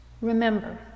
Remember